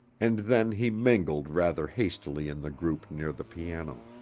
and then he mingled rather hastily in the group near the piano.